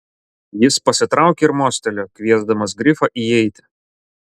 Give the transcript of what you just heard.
jis pasitraukė ir mostelėjo kviesdamas grifą įeiti